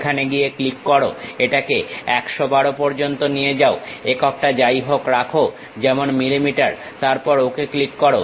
সেখানে গিয়ে ক্লিক করো এটাকে 112 পর্যন্ত নিয়ে যাও এককটা যাই হোক রাখো যেমন মিলিমিটার তারপর ওকে ক্লিক করো